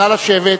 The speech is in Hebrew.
נא לשבת.